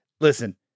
Listen